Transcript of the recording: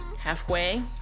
Halfway